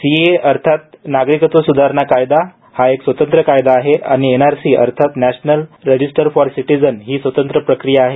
CAA अर्थात नागरिकत्व सुधारणा कायदा हा स्वतंत्र कायदा आहे आणि एनआरसी अर्थात नॅशनल रजिस्टर ऑफ सिटिझन ही स्वतंत्र प्रक्रिया आहे